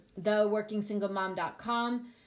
theworkingsinglemom.com